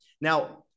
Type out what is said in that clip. Now